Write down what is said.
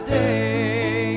day